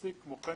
כמו-כן,